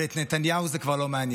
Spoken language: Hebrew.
אבל את נתניהו זה כבר לא מעניין.